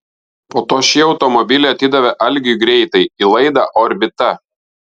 po to šį automobilį atidavė algiui greitai į laidą orbita